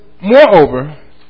Moreover